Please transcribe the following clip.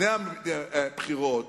לפני הבחירות,